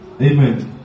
Amen